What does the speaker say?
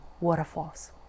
waterfalls